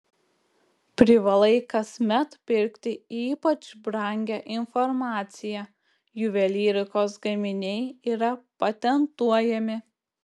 privalai kasmet pirkti ypač brangią informaciją juvelyrikos gaminiai yra patentuojami